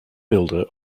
builder